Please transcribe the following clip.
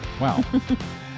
Wow